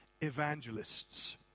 evangelists